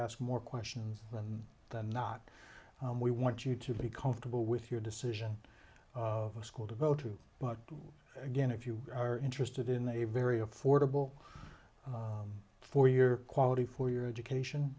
ask more questions than not we want you to be comfortable with your decision of a school devoted but again if you are interested in a very affordable for your quality for your education